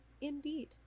indeed